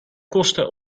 kosten